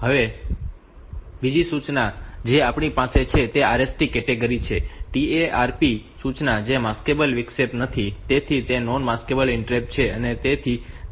હવે બીજી સૂચના જે આપણી પાસે છે તે RST કેટેગરી છે TRAP સૂચના જે માસ્કેબલ વિક્ષેપ નથી તેથી તે નોન માસ્કેબલ ઇન્ટરપ્ટ છે